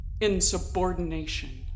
insubordination